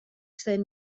zen